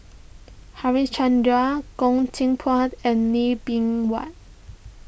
Harichandra Goh Teck Phuan and Lee Bee Wah